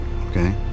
Okay